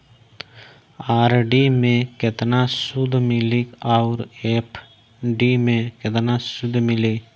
RD मे केतना सूद मिली आउर एफ.डी मे केतना सूद मिली?